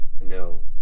no